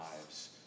lives